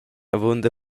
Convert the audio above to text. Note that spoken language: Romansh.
avunda